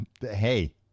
Hey